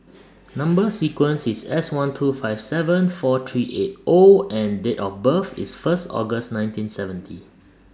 Number sequence IS S one two five seven four three eight O and Date of birth IS First August nineteen seventy